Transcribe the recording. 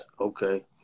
Okay